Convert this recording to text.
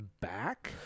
back